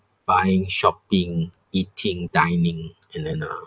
buying shopping eating dining and then uh